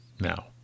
Now